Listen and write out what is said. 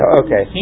okay